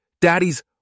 daddy's